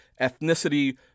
ethnicity